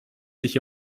sich